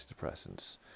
antidepressants